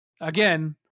again